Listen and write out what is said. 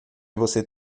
você